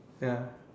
ya